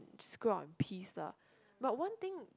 just grow up in peace lah but one thing